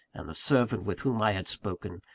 and the servant with whom i had spoken,